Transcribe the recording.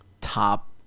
top